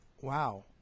Wow